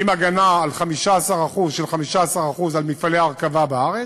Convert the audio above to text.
עם הגנה של 15% על מפעלי ההרכבה בארץ,